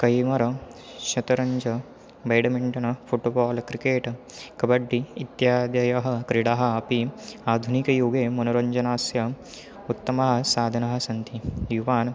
कैमर शतरञ्ज badminton football cricket kabaddi इत्यादयः क्रीडाः अपि आधुनिकयुगे मनोरञ्जनस्य उत्तमानि साधनानि सन्ति युवान्